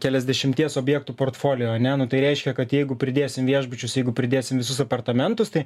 keliasdešimties objektų portfolio ane nu tai reiškia kad jeigu pridėsim viešbučius jeigu pridėsim visus apartamentus tai